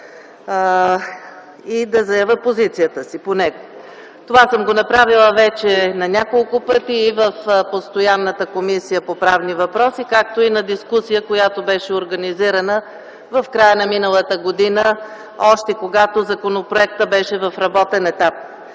и да заявя позицията си по него. Това съм го направила вече на няколко пъти и в постоянната Комисия по правни въпроси, както и на дискусия, която беше организирана в края на миналата година, още когато законопроектът беше в работен етап.